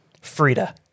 Frida